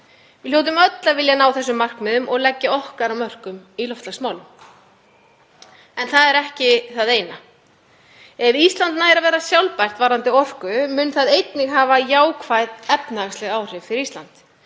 Við hljótum öll að vilja ná þessum markmiðum og leggja okkar af mörkum í loftslagsmálum en það er ekki það eina. Ef Ísland nær að verða sjálfbært varðandi orku mun það einnig hafa jákvæð efnahagsleg áhrif fyrir Ísland.